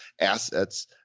assets